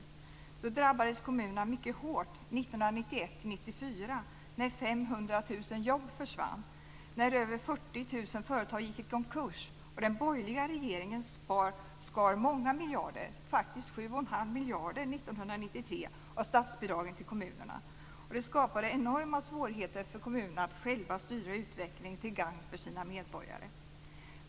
Åren 1991-1994 drabbades kommunerna mycket hårt när 500 000 jobb försvann, över 40 000 företag gick i konkurs och den borgerliga regeringen skar många miljarder - faktiskt 71⁄2 miljard 1993 - av statsbidragen till kommunerna. Det skapade enorma svårigheter för kommunerna att själva styra utvecklingen till gagn för sina medborgare.